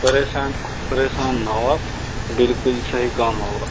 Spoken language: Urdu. پریشان پریسان نہ ہو آپ بالکل صحیح کام ہوگا